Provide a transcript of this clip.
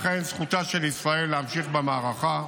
לכן זכותה של ישראל להמשיך במערכה.